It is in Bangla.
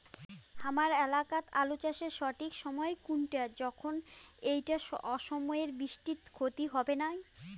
হামার এলাকাত আলু চাষের সঠিক সময় কুনটা যখন এইটা অসময়ের বৃষ্টিত ক্ষতি হবে নাই?